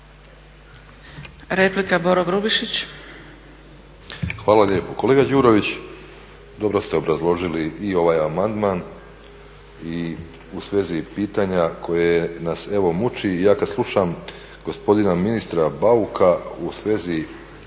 Boro (HDSSB)** Hvala lijepo. Kolega Đurović, dobro ste obrazložili i ovaj amandman i u svezi pitanja koje nas evo muči. Ja kad slušam gospodina ministra Bauka u svezi